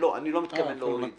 לא, אני לא מתכוון להוריד.